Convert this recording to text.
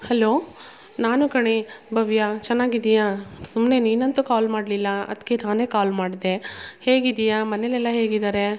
hello ನಾನು ಕಣೆ ಭವ್ಯ ಚೆನ್ನಾಗಿದಿಯ ಸುಮ್ಮನೆ ನೀನಂತು ಕಾಲ್ ಮಾಡಲಿಲ್ಲ ಅದಕ್ಕೆ ನಾನೇ ಕಾಲ್ ಮಾಡಿದೆ ಹೇಗಿದ್ದೀಯಾ ಮನೇಲೆಲ್ಲ ಹೇಗಿದ್ದಾರೆ